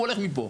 הוא הולך מפה,